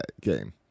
game